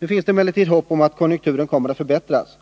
Nu finns det emellertid hopp om att konjunkturen kommer att förbättras.